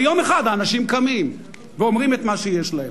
ויום אחד האנשים קמים ואומרים את מה שיש להם.